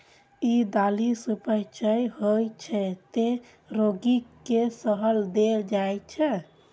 ई दालि सुपाच्य होइ छै, तें रोगी कें सेहो देल जाइ छै